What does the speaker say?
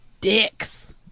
Dicks